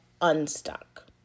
unstuck